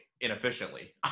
inefficiently